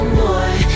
more